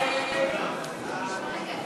הצעת